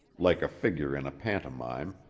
like a figure in a pantomime,